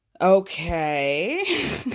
Okay